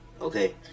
okay